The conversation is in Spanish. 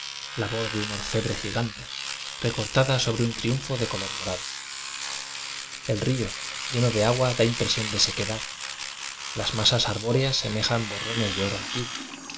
de un orfebre gigante recortada sobre un triunfo de color morado el río lleno de agua da impresión de sequedad las masas arbóreas semejan borrones de oro antiguo